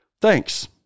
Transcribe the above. thanks